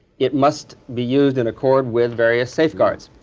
it must be used in accord with various safeguards.